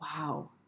Wow